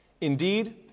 Indeed